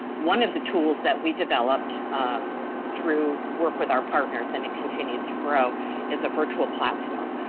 one of the tools that we developed through work with our partners and it continues to grow is a virtual platform,